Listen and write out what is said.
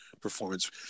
performance